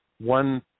one